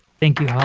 thank you,